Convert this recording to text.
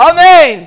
Amen